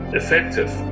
effective